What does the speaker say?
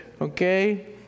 Okay